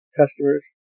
customers